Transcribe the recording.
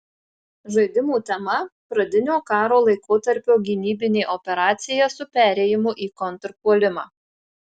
žaidimų tema pradinio karo laikotarpio gynybinė operacija su perėjimu į kontrpuolimą